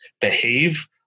behave